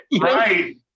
Right